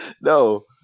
No